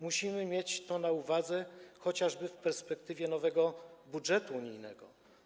Musimy mieć to na uwadze chociażby w perspektywie nowego budżetu unijnego.